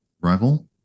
Rival